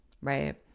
right